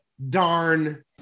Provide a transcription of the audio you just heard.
Darn